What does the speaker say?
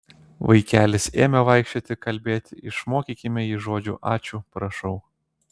vaikelis ėmė vaikščioti kalbėti išmokykime jį žodžių ačiū prašau